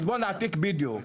אז בוא נעתיק בדיוק.